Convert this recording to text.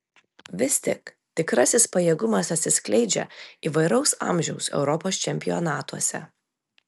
vis tik tikrasis pajėgumas atsiskleidžia įvairaus amžiaus europos čempionatuose